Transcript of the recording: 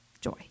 joy